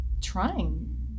trying